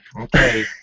Okay